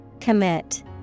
Commit